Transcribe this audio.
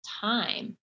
time